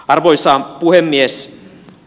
arvoisa puhemies